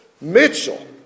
Mitchell